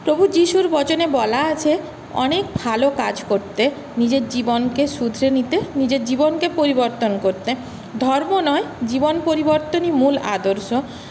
প্রভু যিশুর বচনে বলা আছে অনেক ভালো কাজ করতে নিজের জীবনকে শুধরে নিতে নিজের জীবনকে পরিবর্তন করতে ধর্ম নয় জীবন পরিবর্তনই মূল আদর্শ